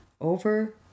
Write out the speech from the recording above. over